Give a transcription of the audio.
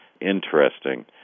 interesting